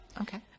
Okay